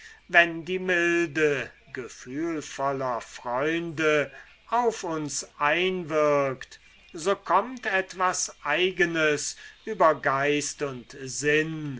wenn die milde gefühlvoller freunde auf uns einwirkt so kommt etwas eigenes über geist und sinn